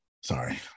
Sorry